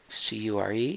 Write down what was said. Cure